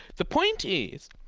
the point is,